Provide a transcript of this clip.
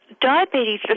Diabetes